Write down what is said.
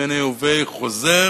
מיניה וביה חוזר,